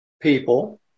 people